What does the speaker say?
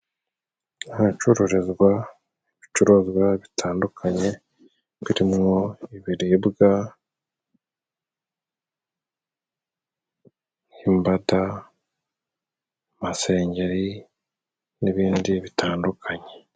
Ahacururizwa ibicuruzwa bitandukanye birimwo ibiribwa nk'imbada, amasengeri n'ibindi bitandukanye.